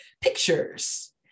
pictures